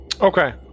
okay